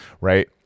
right